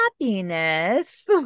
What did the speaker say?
happiness